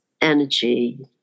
energy